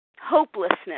hopelessness